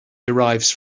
derives